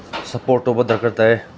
support ꯇꯧꯕ ꯗꯔꯀꯥꯔ ꯇꯥꯏꯌꯦ